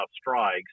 strikes